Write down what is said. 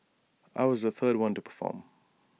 I was the third one to perform